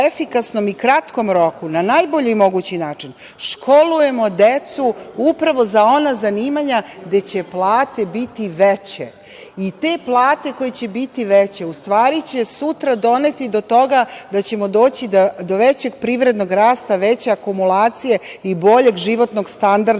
i kratkom rokom, na najbolji mogući način školujemo decu upravo za ona zanimanja gde će plate biti veće i te plate koje će biti veće u stvari će sutra dovesti do toga da ćemo doći do većeg privrednog rasta, veće akumulacije i boljeg životnog standarda